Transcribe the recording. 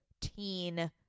teen